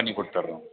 பண்ணிக் கொடுத்துட்றோம்